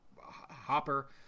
hopper